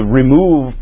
remove